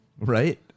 right